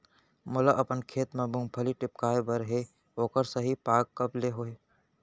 मोला अपन खेत म मूंगफली टिपकाय बर हे ओखर सही पाग कब ले हे?